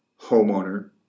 homeowner